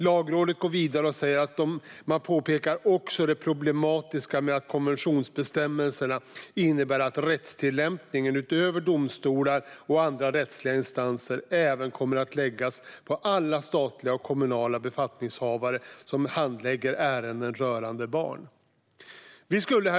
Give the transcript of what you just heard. Lagrådet går vidare och påpekar också det problematiska med att konventionsbestämmelserna innebär att rättstillämpningen, utöver domstolar och andra rättsliga instanser, även kommer att läggas på alla statliga och kommunala befattningshavare som handlägger ärenden rörande barn. Herr talman!